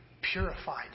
purified